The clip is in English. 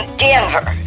denver